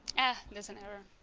ah there's an error.